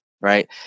Right